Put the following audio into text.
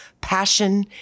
passion